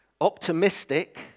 Optimistic